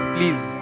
Please